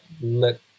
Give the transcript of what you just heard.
let